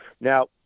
Now